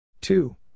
two